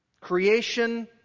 Creation